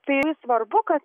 tai svarbu kad